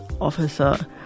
officer